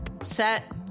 set